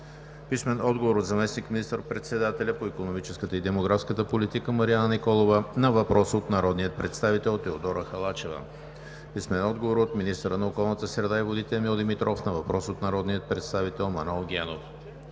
Стоилов; - заместник министър-председателя по икономическата и демографската политика Марияна Николова на въпрос от народния представител Теодора Халачева; - министъра на околната среда и водите Емил Димитров на въпрос от народния представител Манол Генов;